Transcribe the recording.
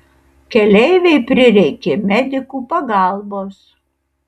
keleivei prireikė medikų pagalbos